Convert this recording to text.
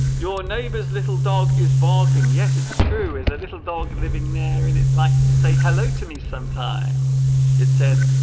your neighbor's little dog is barking yes it's true is a little dog living there and it likes to say hello to me sometimes it says